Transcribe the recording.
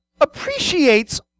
appreciates